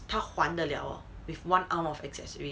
他还得了 hor with one arm of accessories